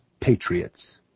patriots